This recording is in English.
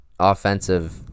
offensive